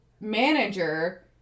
manager